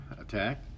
attack